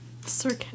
sir